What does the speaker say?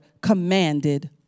commanded